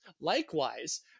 Likewise